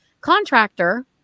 contractor